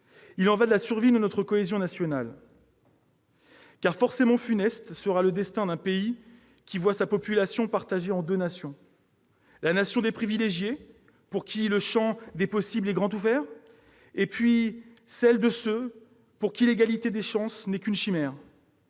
Il y va de la survie de notre cohésion nationale. Car forcément funeste sera le destin d'un pays qui voit sa population partagée en deux nations : la nation des privilégiés, pour qui le champ des possibles est grand ouvert, et celle de ceux pour qui l'égalité des chances n'est qu'une chimère.